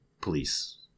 police